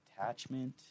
attachment